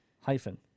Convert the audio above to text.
Hyphen